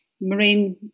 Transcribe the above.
marine